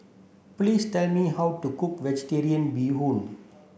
please tell me how to cook vegetarian bee hoon